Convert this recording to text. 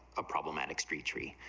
problematic street tree,